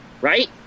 Right